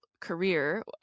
career